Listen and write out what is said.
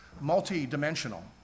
multi-dimensional